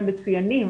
הם מצוינים.